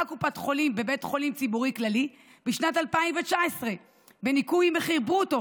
קופת חולים בבית חולים ציבורי כללי בשנת 2019 בניכוי מחיר ברוטו